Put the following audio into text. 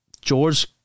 George